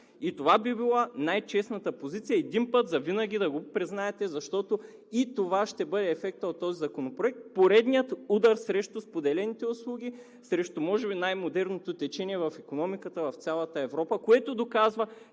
Това би била най-честната позиция. Един път завинаги да го признаете, защото и това ще бъде ефект от този законопроект – поредният удар срещу споделените услуги и срещу може би най-модерното течение в икономиката в цяла Европа, което доказва,